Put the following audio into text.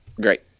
Great